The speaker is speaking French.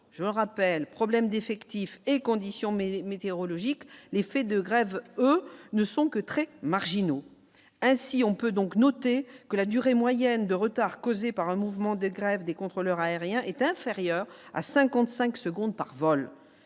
je me rappelle, problèmes d'effectifs et conditions mais météorologique, les faits de grève, eux, ne sont que très marginaux, ainsi on peut donc noter que la durée moyenne de retard causé par un mouvement de grève des contrôleurs aériens est inférieure à 55 secondes par vol